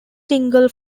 single